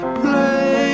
play